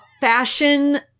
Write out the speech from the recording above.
fashion